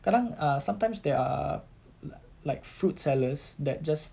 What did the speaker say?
kadang ah sometimes there are li~ like fruit sellers that just